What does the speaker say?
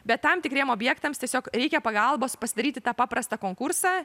bet tam tikriem objektams tiesiog reikia pagalbos pasidaryti tą paprastą konkursą